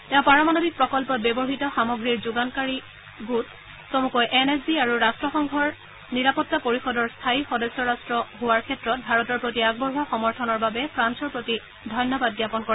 তেওঁ পাৰমাণবিক প্ৰকল্পত ব্যৱহৃত সামগ্ৰীৰ যোগানকাৰী গোট চমুকৈ এন এছ জি আৰু ৰাট্টসংঘৰ নিৰাপত্তা পৰিষদৰ স্থায়ী সদস্য ৰাট্ট হোৱাৰ ক্ষেত্ৰত ভাৰতৰ প্ৰতি আগবঢ়োৱা সমৰ্থনৰ বাবে ফ্ৰান্সৰ প্ৰতি ধন্যবাদ জ্ঞাপন কৰে